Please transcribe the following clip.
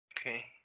Okay